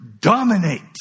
dominate